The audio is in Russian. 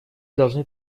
должны